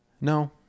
No